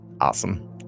Awesome